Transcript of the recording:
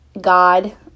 God